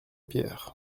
pierre